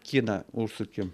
kiną užsuki